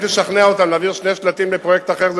אם תשכנע אותם להעביר שני שלטים לפרויקט אחר,